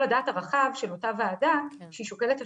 הדעת הרחב של אותה ועדה שהיא שוקלת התליה.